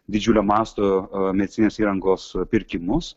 didžiulio masto medicininės įrangos pirkimus